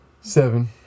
Seven